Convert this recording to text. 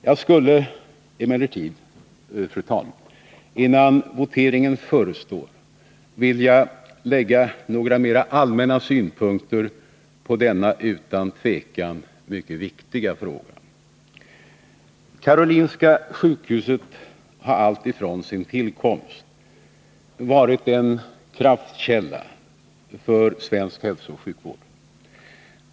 Jag skulle emellertid innan voteringen verkställs vilja lägga några mera allmänna synpunkter på denna utan tvivel mycket viktiga fråga. Karolinska sjukhuset har alltifrån sin tillkomst varit en kraftkälla för svensk hälsooch sjukvård.